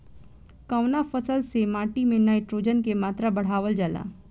कवना फसल से माटी में नाइट्रोजन के मात्रा बढ़ावल जाला?